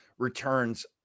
returns